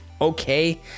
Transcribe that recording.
okay